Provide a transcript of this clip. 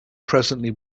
presently